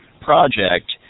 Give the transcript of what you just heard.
project